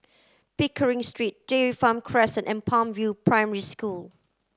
Pickering Street Dairy Farm Crescent and Palm View Primary School